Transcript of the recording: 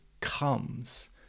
comes